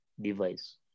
device